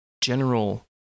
general